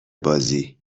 بازی